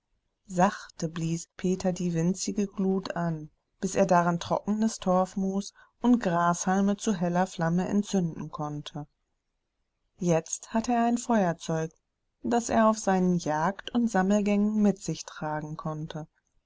sachte blies peter die winzige glut an bis er daran trockenes torfmoos und grashalme zu heller flamme entzünden konnte jetzt hatte er ein feuerzeug das er auf seinen jagd und sammelgängen mit sich tragen konnte